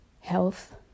health